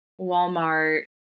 Walmart